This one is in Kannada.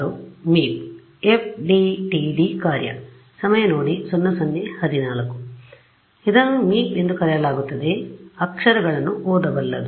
ಆದ್ದರಿಂದ ಇದನ್ನು ಮೀಪ್ ಎಂದು ಕರೆಯಲಾಗುತ್ತದೆ ಅಕ್ಷರಗಳನ್ನು ಓದಬಲ್ಲದು